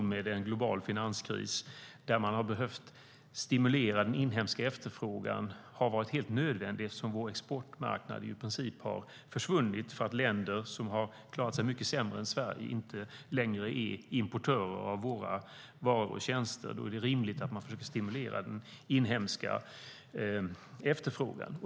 Med en global finanskris har det varit helt nödvändigt att stimulera den inhemska efterfrågan eftersom vår exportmarknad i princip helt har försvunnit därför att länder som har klarat sig mycket sämre än Sverige inte längre är importörer av våra varor och tjänster. Då är det rimligt att försöka stimulera den inhemska efterfrågan.